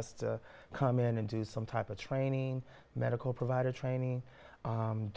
us to come in and do some type of training medical provider training